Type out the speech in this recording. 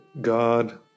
God